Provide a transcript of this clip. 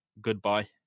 Goodbye